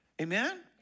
Amen